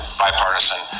bipartisan